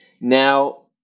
Now